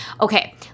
Okay